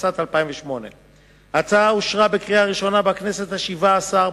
התשס"ט 2008. ההצעה אושרה בקריאה ראשונה בכנסת השבע-עשרה,